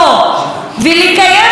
ולקיים בכנסת,